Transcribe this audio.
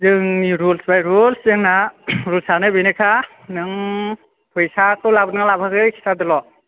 जोंनि रुलस बाइ रुलस जोंना रुलस आनो बेनोखा नों फैसाखौ लाबोदों ना लाबोयाखै खिथादोल'